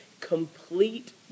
complete